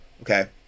okay